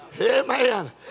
Amen